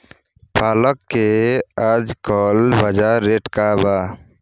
पालक के आजकल बजार रेट का बा?